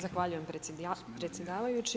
Zahvaljujem predsjedavajući.